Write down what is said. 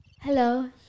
Hello